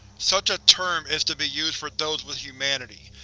such a term is to be used for those with humanity,